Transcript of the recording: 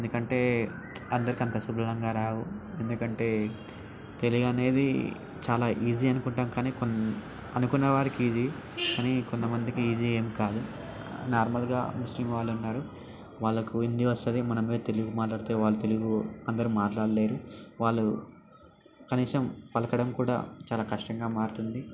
ఎందుకంటే అందరికీ అంత సులభంగా రావు ఎందుకంటే తెలుగు అనేది చాలా ఈజీ అనుకుంటాము కానీ అనుకున్న వారికి ఇది కానీ కొంత మందికి ఈజీ ఏం కాదు నార్మల్గా ముస్లిం వాళ్ళు ఉన్నారు వాళ్ళకు హిందీ వస్తుంది మనం పోయి తెలుగు మాట్లాడితే వాళ్ళు తెలుగు అందరూ మాట్లాడలేరు వాళ్ళు కనీసం పలకడం కూడా చాలా కష్టంగా మారుతుంది